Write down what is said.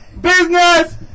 business